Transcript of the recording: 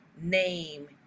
name